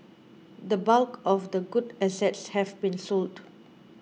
the bulk of the good assets have been sold